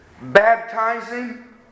baptizing